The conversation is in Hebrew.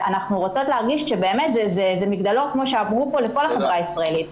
אנחנו רוצות להרגיש שזה מגדלור לכל החברה הישראלית.